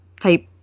type